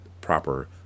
proper